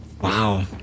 Wow